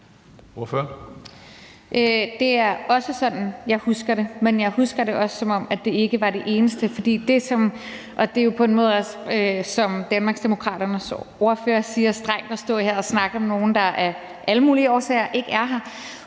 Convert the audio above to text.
Det er også sådan, jeg husker det, men jeg husker det også sådan, at det ikke var det eneste. Det er jo på en måde også, som Danmarksdemokraternes ordfører siger, strengt at stå her og snakke om nogle, der af alle mulige årsager ikke er her.